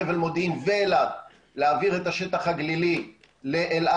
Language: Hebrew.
חבל מודיעין ואלעד להעביר את השטח הגלילי לאלעד,